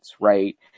right